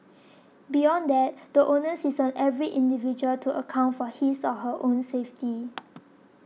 beyond that the onus is on every individual to account for his or her own safety